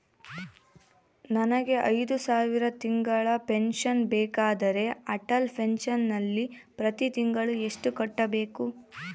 ನನಗೆ ಐದು ಸಾವಿರ ತಿಂಗಳ ಪೆನ್ಶನ್ ಬೇಕಾದರೆ ಅಟಲ್ ಪೆನ್ಶನ್ ನಲ್ಲಿ ಪ್ರತಿ ತಿಂಗಳು ಎಷ್ಟು ಕಟ್ಟಬೇಕು?